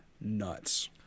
nuts